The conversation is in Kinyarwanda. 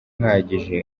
uhagije